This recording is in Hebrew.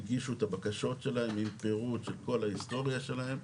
הגישו את הבקשות שלהם עם הפירוט של כל ההיסטוריה שלהם,